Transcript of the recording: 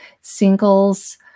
singles